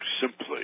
simply